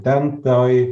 ten toj